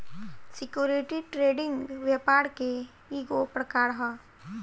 security trading व्यापार के ईगो प्रकार ह